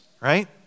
right